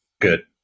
good